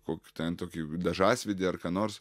kokį ten tokį dažasvydį ar ką nors